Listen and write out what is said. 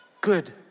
Good